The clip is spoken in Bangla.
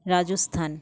রাজস্থান